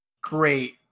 great